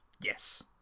Yes